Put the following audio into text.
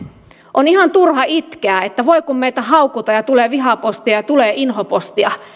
on ihan turha itkeä että voi kun meitä haukutaan ja tulee vihapostia ja tulee inhopostia